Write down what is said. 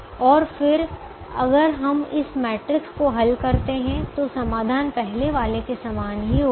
और फिर अगर हम इस मैट्रिक्स को हल करते हैं तो समाधान पहले वाले के समान ही होगा